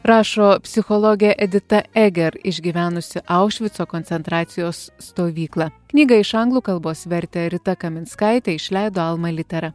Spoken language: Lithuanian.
rašo psichologė edita eger išgyvenusi aušvico koncentracijos stovyklą knygą iš anglų kalbos vertė rita kaminskaitė išleido alma litera